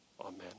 Amen